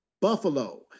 Buffalo